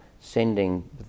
sending